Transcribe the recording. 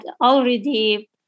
already